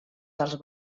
dels